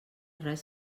res